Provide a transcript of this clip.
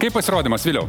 kaip pasirodymas viliau